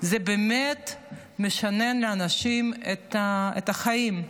זה באמת משנה לאנשים את החיים,